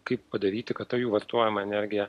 kaip padaryti kad ta jų vartojama energija